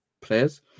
players